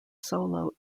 solo